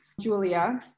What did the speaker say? Julia